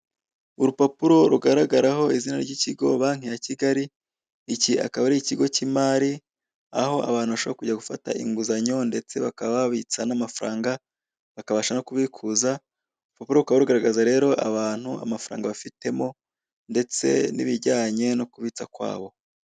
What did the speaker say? Urupapuro rugaragaraho izina ry'ikigo banki ya Kigali, icyi akaba ari ikigo cy'imari, aho abantu bashobora kujya gufata inguzanyo ndetse bakaba babitsa n'amafaranga bakabasha nokubikuza. Urupapuro rukaba rugaragaza rero abantu amafaranga bafitemo ndetse n'ibijyanye nokubitsa kwabo.